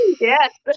Yes